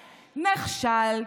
נכשלת.